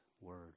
word